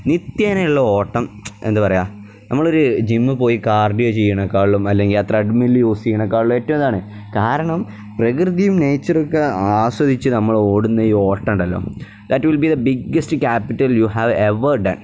നിത്യേനയുള്ള ഓട്ടം എന്താണ് പറയുക നമ്മൾ ഒരു ജിമ്മിൽ പോയി കാർഡിയോ ചെയ്യുന്നതിനേക്കാളും അല്ലെങ്കിൽ ത്രെഡ്മിൽ യൂസ് ചെയ്യുന്നതിനേക്കളൂം ഏറ്റവും ഇതാണ് കാരണം പ്രകൃതിയും നേച്ചറൊക്കെ ആസ്വദിച്ചു നമ്മൾ ഓടുന്ന ഈ ഓട്ടമുണ്ടല്ലോ that will be the biggest capital you have ever ten